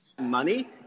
money